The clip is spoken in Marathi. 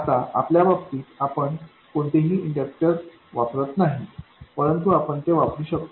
आता आपल्या बाबतीत आपण कोणतेही इंडक्टर्स वापरत नाही परंतु आपण ते वापरू शकतो